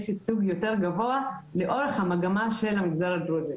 יש ייצוג יותר גבוה לאורך המגמה של המגזר הדרוזי.